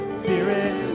spirit